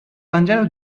vangelo